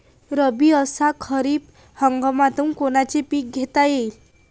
रब्बी अस खरीप हंगामात कोनचे पिकं घेता येईन?